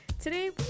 Today